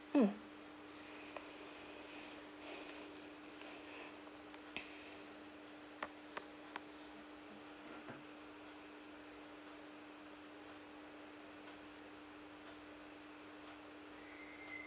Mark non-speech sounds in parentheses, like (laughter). mm (breath)